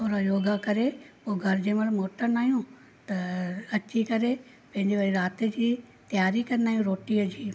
थोरा योगा करे पोइ घर जंहिंमहिल मोटिंदा आहियूं त अची करे पंहिंजे वरी राति जी तयारी कंदा आहियूं रोटीअ जी